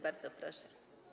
Bardzo proszę.